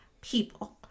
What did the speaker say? people